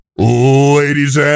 ladies